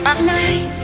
tonight